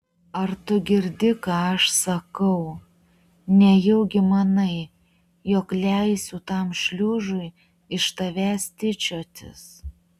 ar tu girdi ką aš sakau nejaugi manai jog leisiu tam šliužui iš tavęs tyčiotis